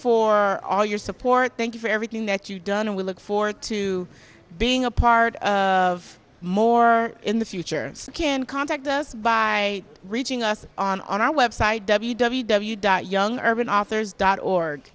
for all your support thank you for everything that you've done and we look forward to being a part of more in the future can contact us by reaching us on our web site www dot young urban authors dot org